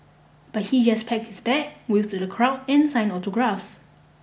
but he just pack his bag wave to the crowd and sign autographs